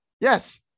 Yes